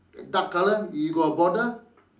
dark colour you got a border